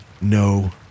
No